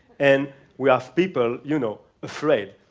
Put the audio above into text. and we have people, you know, afraid.